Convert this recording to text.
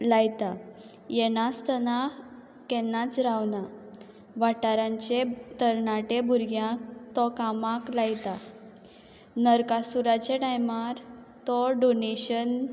लायता येनासतना केन्नाच रावना वाठारांचे तरणाटे भुरग्यांक तो कामाक लायता नरकासुराचे टायमार तो डोनेशन